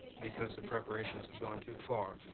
because the preparations have gone too far,